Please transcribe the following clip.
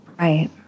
Right